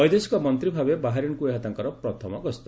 ବୈଦେଶିକ ମନ୍ତ୍ରୀ ଭାବେ ବାହାରିନ୍ଙ୍କୁ ଏହା ତାଙ୍କର ପ୍ରଥମ ଗସ୍ତ